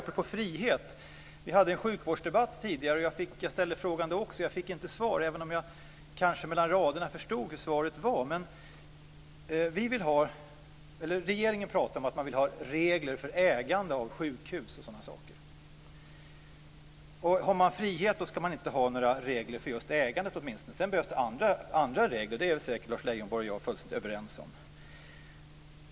Vi hade tidigare en sjukvårdsdebatt där jag ställde en fråga. Jag fick inget svar men mellan orden förstod jag kanske vad svaret var. Regeringen pratar om att man vill ha regler för ägande av sjukhus o.d. Har man frihet ska man inte ha några regler för just ägandet. Men sedan behövs det ju andra regler. Det är Lars Leijonborg och jag säkert fullständigt överens om.